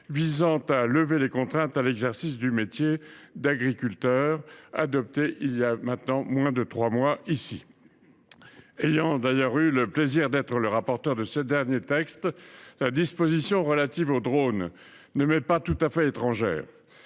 visant à lever les contraintes à l’exercice du métier d’agriculteur, adoptée par le Sénat il y a moins de trois mois. J’ai eu le plaisir d’être le rapporteur de ce dernier texte ; la disposition relative aux drones ne m’est donc pas tout à fait étrangère,